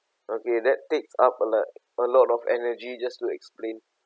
okay that takes up a lot a lot of energy just to explain